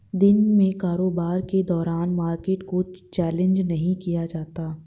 दिन में कारोबार के दौरान मार्केट को चैलेंज नहीं किया जाता